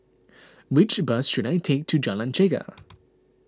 which bus should I take to Jalan Chegar